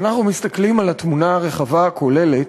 כשאנחנו מסתכלים על התמונה הרחבה הכוללת,